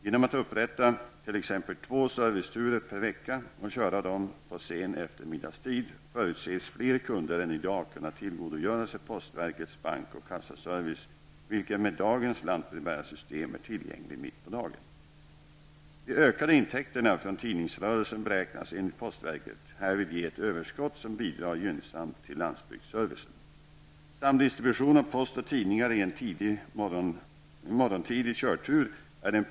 Genom att upprätta t.ex. två serviceturer per vecka, och köra dem på sen eftermiddagstid, förutses fler kunder än i dag kunna tillgodogöra sig postverkets bank och kassaservice, vilken med dagens lantbrevbärarsystem är tillgänglig mitt på dagen. De ökade intäkterna från tidningsrörelsen beräknas, enligt postverket, härvid ge ett överskott som bidrar gynnsamt till landsbygdsservicen.